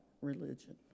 religion